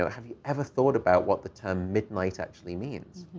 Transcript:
ah have you ever thought about what the term midnight actually means?